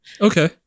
okay